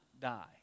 die